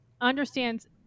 understands